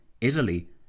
Italy